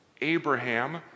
Abraham